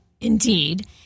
indeed